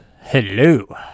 Hello